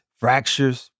fractures